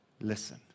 Listen